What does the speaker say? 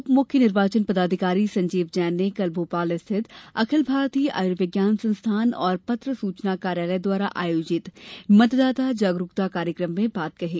उप मुख्य निर्वाचन पदाधिकारी संजीव जैन ने कल भोपाल स्थित अखिल भारतीय आयुर्विज्ञान संस्थान और पत्र सचूना कार्यालय द्वारा आयोजित मतदाता जागरूकता कार्यक्रम में बात कहीं